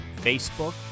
Facebook